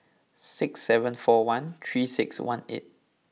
six seven four one three six one eight